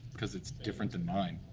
cause it's different than mine.